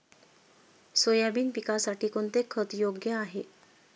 Soybean पिकासाठी कोणते खत योग्य आहे?